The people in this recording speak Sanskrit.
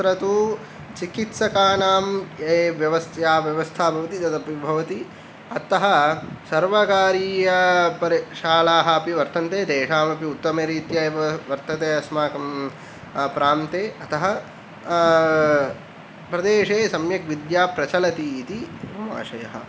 तत्र तु चिकित्सकानां व्यवस् या व्यवस्था भवति तदपि भवति अतः सर्वकारीय परि शालाः अपि वर्तन्ते तेषामपि उत्तम रीत्या एव वर्तते अस्माकं प्रान्ते अतः प्रदेशे सम्यक् विद्या प्रचलतीति मम आशयः